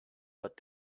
but